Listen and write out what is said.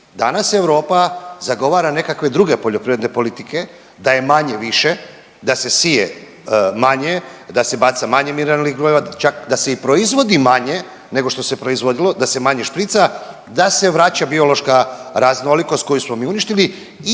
danas Europa zagovara nekakve druge poljoprivredne politike da je manje-više, da se sije manje, da se baca manje mineralnih gnojiva, da čak da se i proizvodi manje nego što se proizvodilo, da se manje šprica, da se vraća biološka raznolikost koju smo mi uništili i